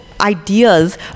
ideas